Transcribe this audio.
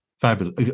Fabulous